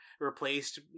replaced